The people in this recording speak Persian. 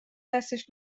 دستش